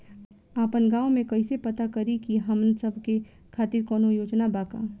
आपन गाँव म कइसे पता करि की हमन सब के खातिर कौनो योजना बा का?